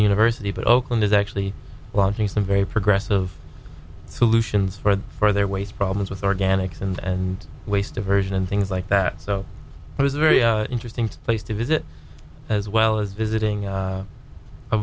the university but oakland is actually launching some very progressive solutions for their ways problems with organics and waste diversion and things like that so it was very interesting to place to visit as well as